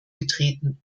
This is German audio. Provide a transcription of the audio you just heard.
getreten